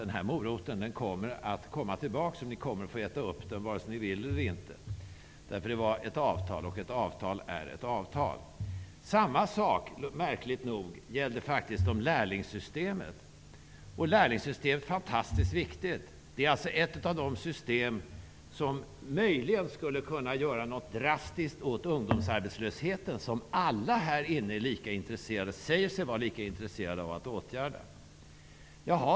Den här moroten kommer att återkomma. Ni kommer att få äta upp den vare sig ni vill eller inte. Det var ett avtal, och avtal skall hållas. Samma sak hände märkligt nog när det gäller lärlingssystemet. Lärlingssystemet är oerhört viktigt. Det är ett av de system som möjligen skulle kunna göra något drastiskt åt ungdomsarbetslösheten, som alla här inne säger sig vara lika intresserade av att åtgärda.